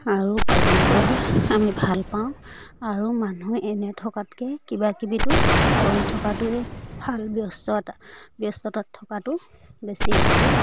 আৰু উপাৰ্জন কৰিলে আমি ভাল পাওঁ আৰু মানুহ এনে থকাতকৈ কিবাকিবিতো কৰি থকাটোৱে ভাল ব্যস্ততা ব্যস্ততাত থকাটো বেছি ভাল